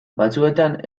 batzuetan